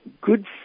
Good